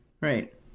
right